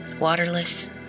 waterless